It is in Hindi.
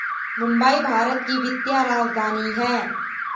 मुंबई भारत की वित्तीय राजधानी है